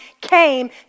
came